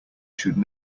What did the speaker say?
should